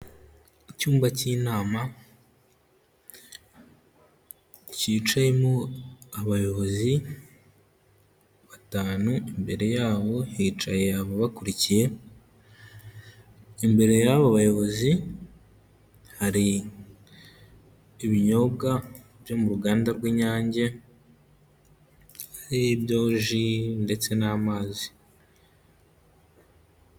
Icyumba cy'inama kicayemo abayobozi batanu, imbere yaho hicaye ababakurikiye, imbere y'abo bayobozi hari ibinyobwa byo mu ruganda rw'inyange ari byo ji ndetse n'amazi.